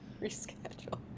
Reschedule